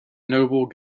noble